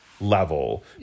level